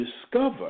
discover